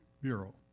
bureau